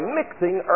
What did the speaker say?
mixing